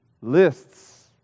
lists